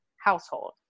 household